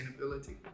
sustainability